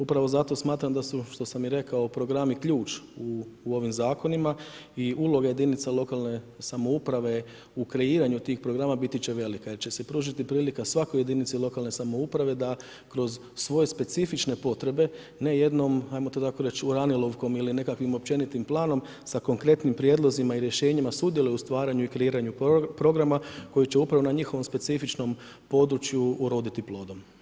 Upravo zato smatram da su, što sam i rekao, programi ključ u ovim zakonima i uloge jedinica lokalne samouprave u kreiranju tih programa biti će velika jer će se pružiti prilika svakoj jedinici lokalne samouprave da kroz svoje specifične potrebe ne jednom, ajmo to tako reći, uranilovkom ili nekakvom općenitim planom sa konkretnim prijedlozima i rješenjima sudjeluju u stvaranju i kreiranju programa koji će upravo na njihovom specifičnom području uroditi plodom.